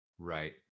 right